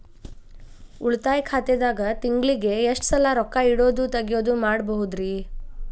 ಉಳಿತಾಯ ಖಾತೆದಾಗ ತಿಂಗಳಿಗೆ ಎಷ್ಟ ಸಲ ರೊಕ್ಕ ಇಡೋದು, ತಗ್ಯೊದು ಮಾಡಬಹುದ್ರಿ?